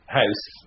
house